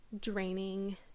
draining